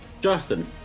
Justin